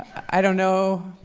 i don't know.